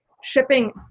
shipping